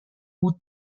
بود